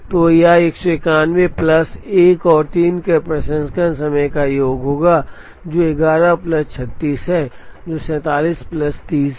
तो यह 191 प्लस 1 और 3 के प्रसंस्करण समय का योग होगा जो 11 प्लस 36 है जो 47 प्लस 30 है